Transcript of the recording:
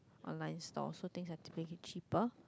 online stores so things have to make it cheaper